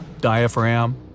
diaphragm